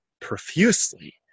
profusely